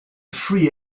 free